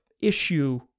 issue